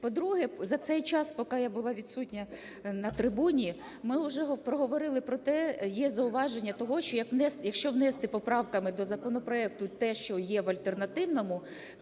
По-друге, за цей час, поки я була відсутня на трибуні, ми вже проговорили про те, є зауваження того, що якщо внести поправками до законопроекту те, що є в альтернативному,